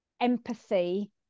empathy